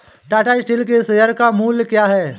Tata steel के share का मूल्य क्या है?